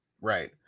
Right